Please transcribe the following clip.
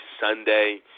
Sunday